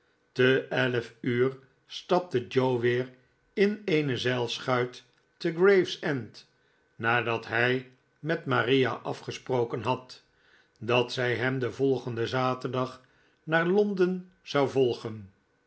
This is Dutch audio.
te elf uur stapte joe weer in eene zeilschuit te gravesend nadat hij met maria afgesproken had dat zij hem den volgenden zaterdag naar londen zou volgen